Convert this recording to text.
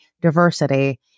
diversity